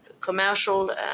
commercial